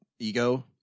Ego